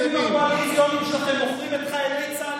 שלח אתכם הביתה.